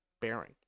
bearing